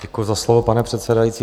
Děkuji za slovo, paní předsedající.